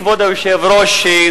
כבוד היושב-ראש,